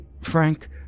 Frank